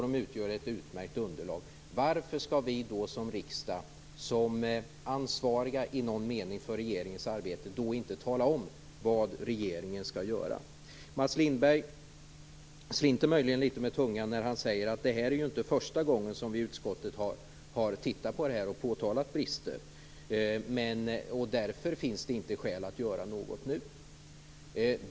De utgör ett utmärkt underlag. Varför skall då riksdagen, i någon mening ansvarig för regeringens arbete, inte tala om vad regeringen skall göra? Mats Lindberg slinter möjligen med tungan när han säger att det inte är första gången som utskottet har tittat på frågan och påtalat brister. Därför finns det inte skäl att göra något nu.